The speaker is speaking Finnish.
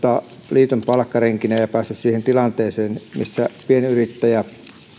liiton palkkarenkinä ja päässyt siihen tilanteeseen missä pienyrittäjä